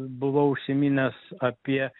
buvau užsiminęs apie